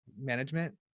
management